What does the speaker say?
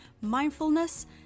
mindfulness